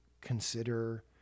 consider